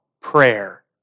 prayer